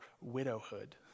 widowhood